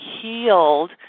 healed